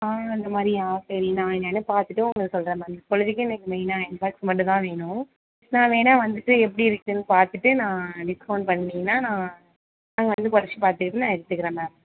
ஆ அந்த மாதிரியா சரி நான் என்னன்னு பார்த்துட்டு உங்களுக்கு சொல்கிறேன் மேம் இப்பொழிதிக்கு எனக்கு மெயின்னா அயன்பாக்ஸ் மட்டுந்தான் வேணும் நான் வேணா வந்துட்டு எப்படி இருக்குன்னு பார்த்துட்டு நான் டிஸ்கௌண்ட் பண்ணிங்கனா நான் நான் வந்து குறைச்சி பார்த்துட்டு நான் எடுத்துக்கறேன் மேம்